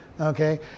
Okay